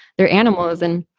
they're animals. and,